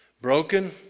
Broken